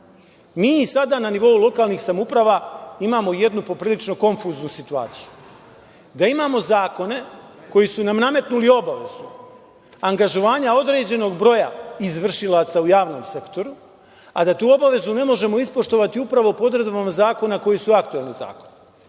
Mi sada na nivou lokalnih samouprava imamo jednu poprilično konfuznu situaciju, da imamo zakone koji su nam nametnuli obavezu angažovanja određenog broja izvršilaca u javnom sektoru, a da tu obavezu ne možemo ispoštovati upravo po odredbama zakona koji su aktuelni